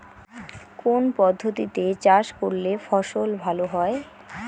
কোন পদ্ধতিতে চাষ করলে ফসল ভালো হয়?